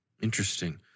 Interesting